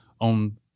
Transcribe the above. on